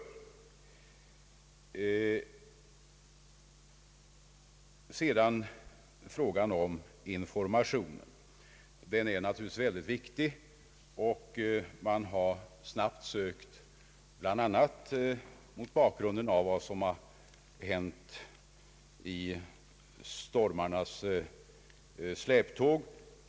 Så till frågan om informationen. Den är naturligtvis viktig, och man har snabbt sökt få fram upplysning i olika avseenden, bl.a. mot bakgrunden av vad som hänt i stormarnas släptåg.